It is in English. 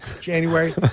January